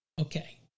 Okay